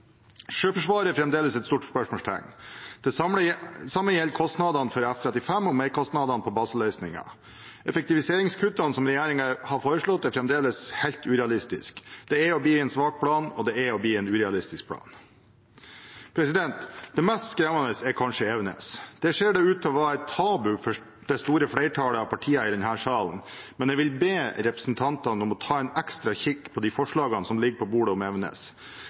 Sjøforsvaret er fremdeles et stort spørsmåltegn. Det samme gjelder kostnadene for F-35 og merkostnadene på baseløsningen. Effektiviseringskuttene som regjeringen har foreslått, er fremdeles helt urealistiske. Det er og blir en svak plan, og det er og blir en urealistisk plan. Det mest skremmende er kanskje Evenes. Det ser ut til å være et tabu for det store flertallet av partier i denne salen, men jeg vil be representantene om å ta en ekstra kikk på de forslagene om Evenes som ligger på bordet.